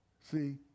See